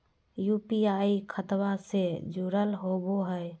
UPI खतबा से जुरल होवे हय?